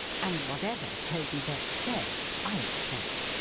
and whatever toby veck said, i say.